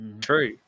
True